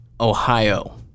Ohio